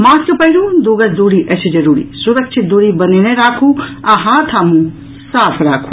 mask पहिरू दू गज दूरी अछि जरूरी सुरक्षित दूरी बनौने राखू आ हाथ आ मुंह साफ राखू